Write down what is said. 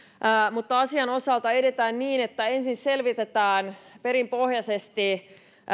mutta asian osalta edetään niin että ensin selvitetään perinpohjaisesti